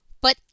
But